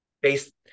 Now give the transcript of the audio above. based